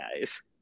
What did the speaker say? guys